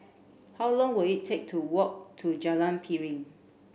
how long will it take to walk to Jalan Piring